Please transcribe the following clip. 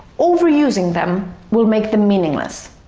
overusing them will make them meaningless.